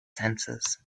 senses